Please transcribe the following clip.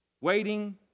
Waiting